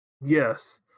yes